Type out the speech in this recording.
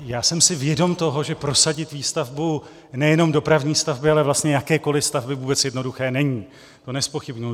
Já jsem si vědom toho, že prosadit výstavbu nejenom dopravní stavby, ale vlastně jakékoliv stavby vůbec jednoduché není, to nezpochybňuji.